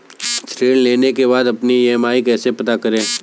ऋण लेने के बाद अपनी ई.एम.आई कैसे पता करें?